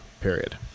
period